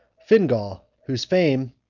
fingal, whose fame,